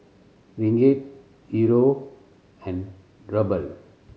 Ringgit Euro and Ruble